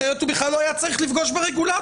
אחרת הוא בכלל לא היה צריך לפגוש ברגולטור.